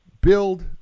build